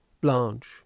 Blanche